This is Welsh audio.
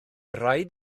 rhaid